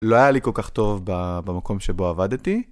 לא היה לי כל כך טוב במקום שבו עבדתי.